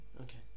Okay